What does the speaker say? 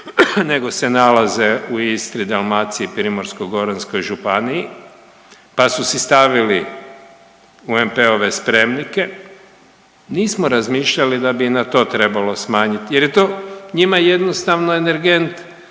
nego se nalaze u Istri, Dalmaciji i Primorsko-goranskoj županiji, pa su si stavili UNP-ove spremnike, nismo razmišljali da bi na to trebalo smanjit jer je to njima jednostavno energent